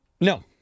No